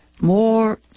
more